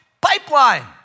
pipeline